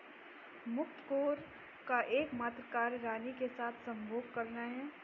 मुकत्कोर का एकमात्र कार्य रानी के साथ संभोग करना है